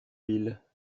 ville